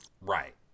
Right